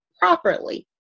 properly